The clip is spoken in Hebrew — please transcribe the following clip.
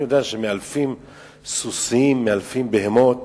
אני יודע שמאלפים סוסים ובהמות,